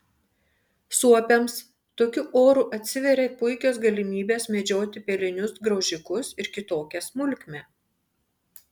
suopiams tokiu oru atsiveria puikios galimybės medžioti pelinius graužikus ir kitokią smulkmę